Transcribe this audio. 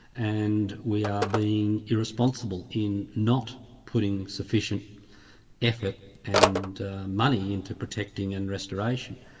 and we are being irresponsible in not putting sufficient effort and money into protecting and restoration.